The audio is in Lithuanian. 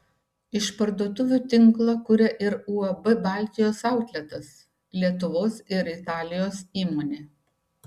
išparduotuvių tinklą kuria ir uab baltijos autletas lietuvos ir italijos įmonė